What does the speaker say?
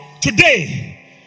Today